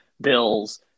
Bills